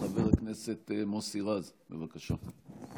חבר הכנסת מוסי רז, בבקשה.